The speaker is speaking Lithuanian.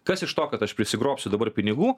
kas iš to kad aš prisigrobsiu dabar pinigų